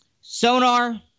Sonar